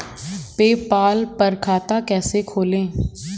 PayPal पर खाता कैसे खोलें?